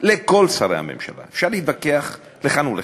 לכל שרי הממשלה, אפשר להתווכח לכאן ולכאן,